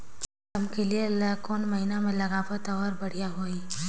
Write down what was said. रमकेलिया ला कोन महीना मा लगाबो ता ओहार बेडिया होही?